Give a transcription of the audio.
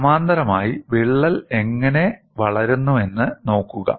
സമാന്തരമായി വിള്ളൽ എങ്ങനെ വളരുന്നുവെന്ന് നോക്കുക